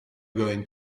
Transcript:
going